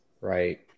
right